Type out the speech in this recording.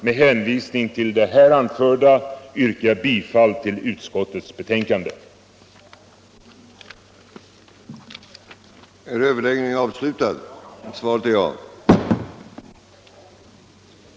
Med hänvisning till det anförda yrkar jag bifall till utskottets hemställan. den det ej vill röstar nej. den det ej vill röstar nej. den det ej vill röstar nej. den det ej vill röstar nej. den det ej vill röstar nej. den det ej vill röstar nej. den det ej vill röstar nej.